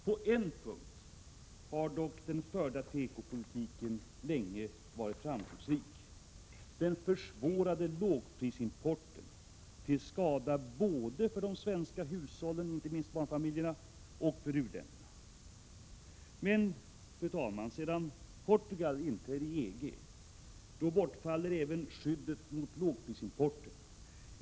På en punkt var dock den förda tekopolitiken länge framgångsrik: den försvårade lågprisimporten, till skada både för de svenska hushållen — inte minst barnfamiljerna — och för u-länderna. Men sedan Portugal inträdde i EG har även skyddet mot lågprisimporten bortfallit som motiv för fortsatta handelsrestriktioner.